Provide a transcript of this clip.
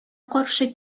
каршы